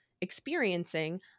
experiencing